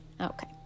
Okay